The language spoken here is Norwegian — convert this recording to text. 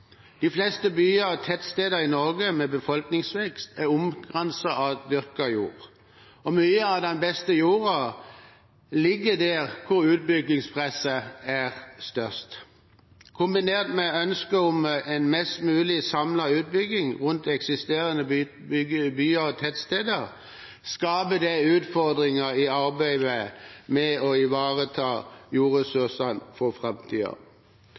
De fleste byer og tettsteder i Norge med befolkningsvekst er omkranset av dyrket jord. Mye av den beste jorda ligger der hvor utbyggingspresset er størst. Kombinert med ønsket om en mest mulig samlet utbygging rundt eksisterende byer og tettsteder skaper det utfordringer i arbeidet med å ivareta jordressursene for framtida.